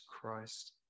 christ